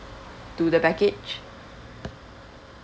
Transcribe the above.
to the package